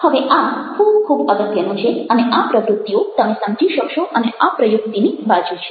હવે આ ખૂબ ખૂબ અગત્યનું છે અને આ પ્રવૃત્તિઓ તમે સમજી શકશો અને આ પ્રયુક્તિની બાજુ છે